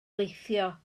weithio